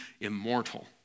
immortal